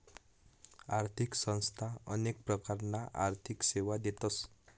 आर्थिक संस्था अनेक प्रकारना आर्थिक सेवा देतस